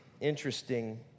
interesting